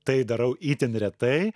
tai darau itin retai